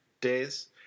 days